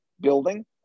building